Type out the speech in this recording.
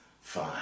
fine